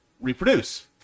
reproduce